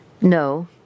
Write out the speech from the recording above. No